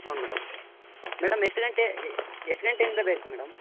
ಹ್ಞೂಂ madam madam ಎಷ್ಟು ಗಂಟೆ ಎಷ್ಟು ಗಂಟೆಯಿಂದ ಬೇಕು ಮೇಡಮ್